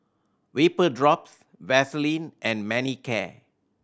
Vapodrops Vaselin and Manicare